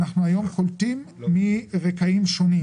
היום אנחנו קולטים מרקעים שונים